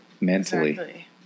mentally